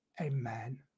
Amen